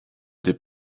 des